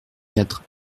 quatre